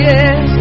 Yes